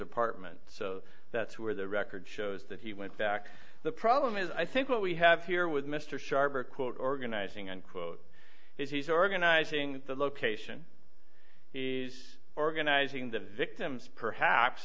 apartment so that's where the record shows that he went back the problem is i think what we have here with mr sharper quote organizing unquote is he's organizing the location he's organizing the victims perhaps